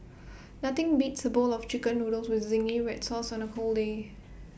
nothing beats A bowl of Chicken Noodles with Zingy Red Sauce on A cold day